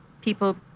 people